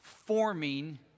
Forming